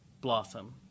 blossom